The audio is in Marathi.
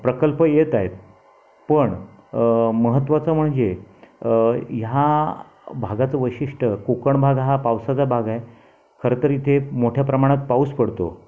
प्रकल्प येत आहेत पण महत्त्वाचं म्हणजे ह्या भागाचं वैशिष्ट्य कोकण भाग हा पावसाचा भाग आहे खरं तर इथे मोठ्या प्रमाणात पाऊस पडतो